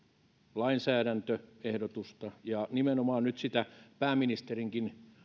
lainsäädäntöehdotusta ja nimenomaan nyt sitä pääministerinkin